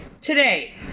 today